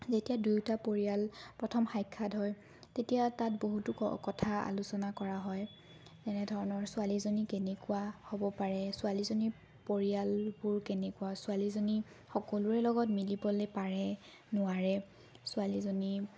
যেতিয়া দুয়োটা পৰিয়াল প্ৰথম সাক্ষাত হয় তেতিয়া তাত বহুতো ক কথা আলোচনা কৰা হয় যেনে ধৰণৰ ছোৱালীজনী কেনেকুৱা হ'ব পাৰে ছোৱালীজনী পৰিয়ালবোৰ কেনেকুৱা ছোৱালীজনী সকলোৰে লগত মিলিবলে পাৰে নোৱাৰে ছোৱালীজনী